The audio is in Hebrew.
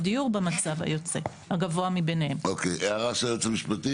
וכמו שהזכרנו,